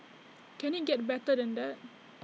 can IT get better than that